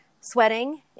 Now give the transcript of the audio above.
sweating